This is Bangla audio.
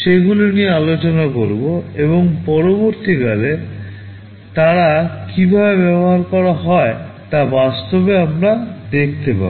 সেগুলি নিয়ে আলোচনা করব এবং পরবর্তীকালে তারা কীভাবে ব্যবহার করা হয় তা বাস্তবে আমরা দেখতে পাব